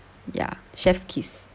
ya chef's kiss